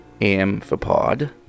Amphipod